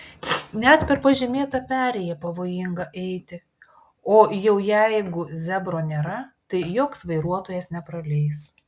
net per pažymėtą perėją pavojinga eiti o jau jeigu zebro nėra tai joks vairuotojas nepraleis